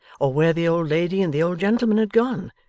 or where the old lady and the old gentleman had gone,